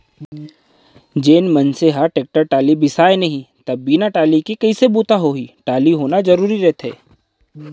जेन मनसे ह टेक्टर टाली बिसाय नहि त बिन टाली के कइसे बूता होही टाली के होना जरुरी रहिथे